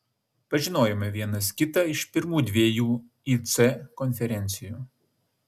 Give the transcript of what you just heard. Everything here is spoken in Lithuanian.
pažinojome vienas kitą iš pirmų dviejų ic konferencijų